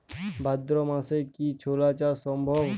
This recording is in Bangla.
ভাদ্র মাসে কি ছোলা চাষ সম্ভব?